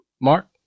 Mark